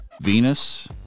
Venus